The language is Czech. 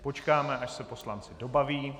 Počkáme, až se poslanci dobaví.